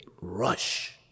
rush